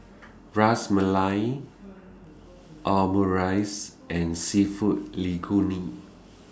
Ras Malai Omurice and Seafood